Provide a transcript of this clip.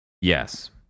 Yes